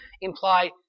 imply